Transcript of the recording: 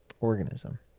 organism